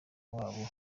wabo